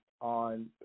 on